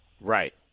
Right